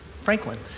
Franklin